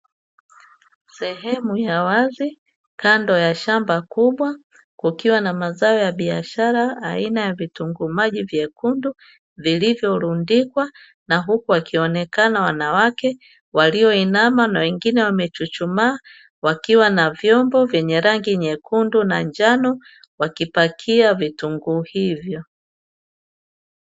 Sehemu ya wazi kando ya shamba kubwa kukiwa na mazao ya biashara aina ya vitunguu maji vyekundu vilivyo rundikwa na huku, akionekana wanawake walioinama na wengine wamechuchumaa wakiwa na vyombo vyenye rangi nyekundu na njano wakipakia vitunguu hivyo.